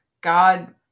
God